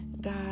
God